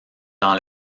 dans